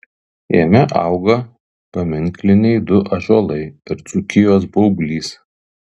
jame auga paminkliniai du ąžuolai ir dzūkijos baublys